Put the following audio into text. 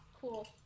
Cool